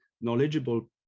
knowledgeable